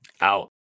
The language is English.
out